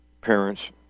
parents